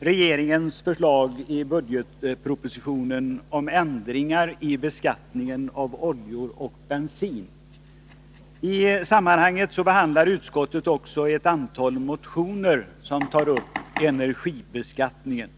regeringens förslag i budgetpropositionen om ändringar i beskattningen av oljor och bensin. I detta sammanhang behandlar utskottet också ett antal motioner som tar upp energibeskattningen.